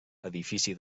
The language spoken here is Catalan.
edifici